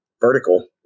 vertical